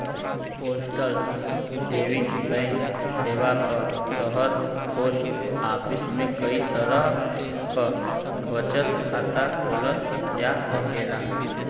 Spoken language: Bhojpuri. पोस्टल सेविंग बैंक सेवा क तहत पोस्ट ऑफिस में कई तरह क बचत खाता खोलल जा सकेला